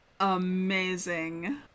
AMAZING